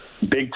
big